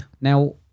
Now